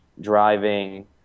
driving